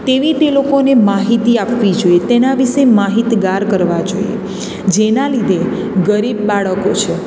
તેવી તે લોકો માહિતી આપવી જોઈએ તેના વિશે માહિતગાર કરવા જોઈએ જેના લીધે ગરીબ બાળકો છે